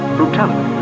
Brutality